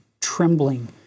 trembling